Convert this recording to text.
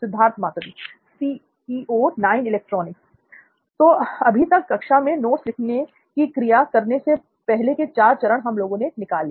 सिद्धार्थ मातुरी तो अभी तक कक्षा में नोट्स लिखने की क्रिया करने से पहले के चार चरण हम लोगों ने निकाल लिए